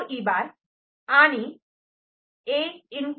E' आणि A